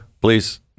please